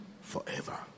forever